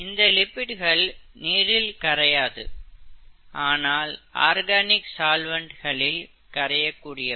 இந்த லிப்பிடுகள் நீரில் கரையாத ஆனால் ஆர்கானிக் சால்வன்ட்களில் கரையக்கூடியவை